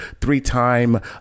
three-time